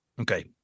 Okay